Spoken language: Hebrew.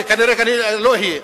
וכנראה אני לא אהיה,